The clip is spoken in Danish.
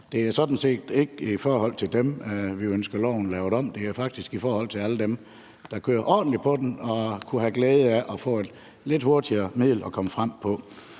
set ikke i forhold til dem, at vi ønsker loven lavet om. Der er faktisk i forhold til alle dem, der kører ordentligt på dem og kunne have glæde af at få et lidt hurtigere transportmiddel at komme frem på.